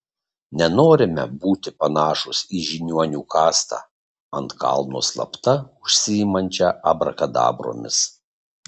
nenorime būti panašūs į žiniuonių kastą ant kalno slapta užsiimančią abrakadabromis